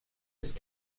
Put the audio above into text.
ist